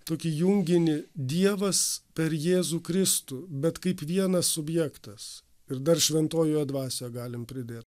tokį junginį dievas per jėzų kristų bet kaip vienas subjektas ir dar šventojoje dvasioje galim pridėt